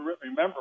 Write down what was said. remember